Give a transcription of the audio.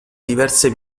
diverse